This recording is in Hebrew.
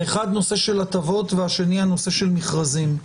האחד, נושא של הטבות, והשני, נושא של מכרזים.